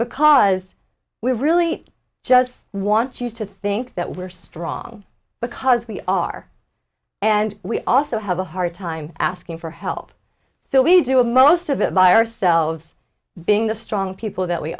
because we really just want you to think that we're strong because we are and we also have a hard time asking for help so we do a most of it by ourselves being the strong people that we